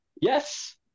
Yes